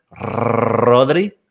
Rodri